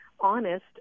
honest